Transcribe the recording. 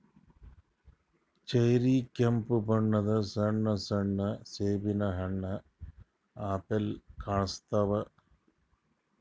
cherry ಕೆಂಪ್ ಬಣ್ಣದ್ ಸಣ್ಣ ಸಣ್ಣು ಸೇಬಿನ್ ಹಣ್ಣ್ ಅಪ್ಲೆ ಕಾಣಸ್ತಾವ್